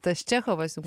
tas čechovas jum